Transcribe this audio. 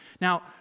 Now